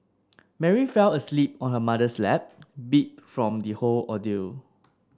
Mary fell asleep on her mother's lap beat from the whole ordeal